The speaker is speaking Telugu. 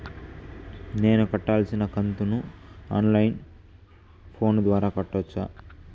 నేను కట్టాల్సిన కంతును ఆన్ లైను ఫోను ద్వారా కట్టొచ్చా?